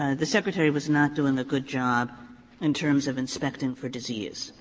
the secretary was not doing a good job in terms of inspecting for disease.